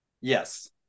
Yes